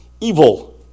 evil